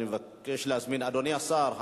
אדוני השר,